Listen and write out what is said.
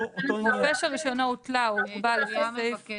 רופא שרישיונו הותלה או הוגבל לפי סעיף